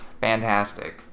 fantastic